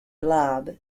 blob